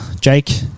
Jake